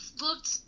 looked